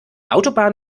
autobahn